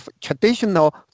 traditional